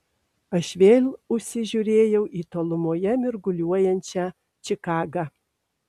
aš vėl užsižiūrėjau į tolumoje mirguliuojančią čikagą